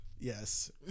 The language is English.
Yes